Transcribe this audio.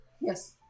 yes